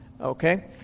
Okay